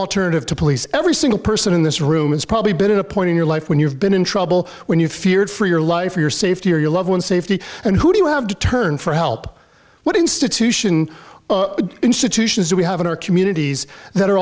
alternative to police every single person in this room it's probably been a point in your life when you've been in trouble when you feared for your life or your safety or your loved ones safety and who do you have to turn for help what institution institutions do we have in our communities that are